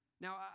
Now